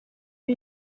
ari